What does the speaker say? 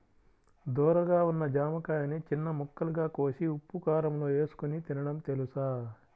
ధోరగా ఉన్న జామకాయని చిన్న ముక్కలుగా కోసి ఉప్పుకారంలో ఏసుకొని తినడం తెలుసా?